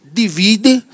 divide